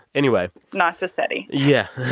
anyway. not to study yeah.